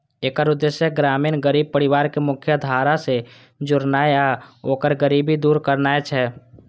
एकर उद्देश्य ग्रामीण गरीब परिवार कें मुख्यधारा सं जोड़नाय आ ओकर गरीबी दूर करनाय छै